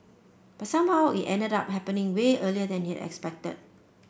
but somehow it ended up happening way earlier than he expected